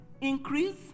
Increase